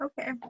Okay